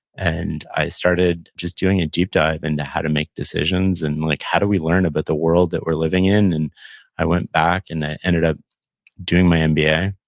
and i started just doing a deep dive into how to make decisions and like how do we learn about the world that we're living in? and i went back and i ended up doing my mba, yeah